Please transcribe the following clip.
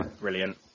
brilliant